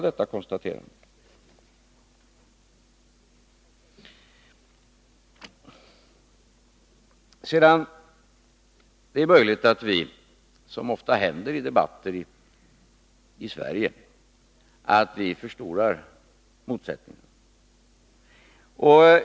Det är möjligt att vi — som ofta händer i debatten i Sverige — förstorar motsättningarna.